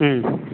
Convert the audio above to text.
ம்